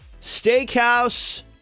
steakhouse